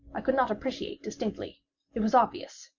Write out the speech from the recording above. i could not appreciate distinctly it was obvious,